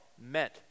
meant